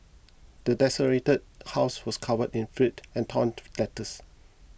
the desolated house was covered in filth and torn letters